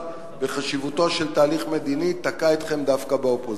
בחשיבותו של תהליך מדיני תקעו אתכם דווקא באופוזיציה?